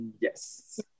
yes